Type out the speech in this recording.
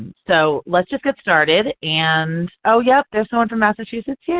so let's just get started and oh yeah, there's someone from massachusetts. yeah,